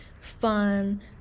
fun